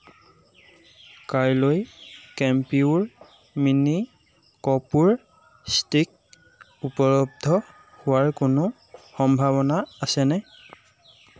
কাইলৈ কেম্পিউৰ মিনি কৰ্পূৰ ষ্টিক উপলব্ধ হোৱাৰ কোনো সম্ভাৱনা আছেনে